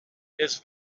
his